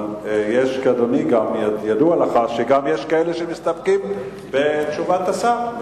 אבל ידוע לך שגם יש כאלה שמסתפקים בתשובת השר,